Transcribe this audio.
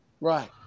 Right